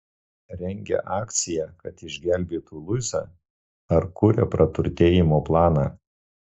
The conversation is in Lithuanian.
rengia akciją kad išgelbėtų luizą ar kuria praturtėjimo planą